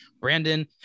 Brandon